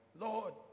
Lord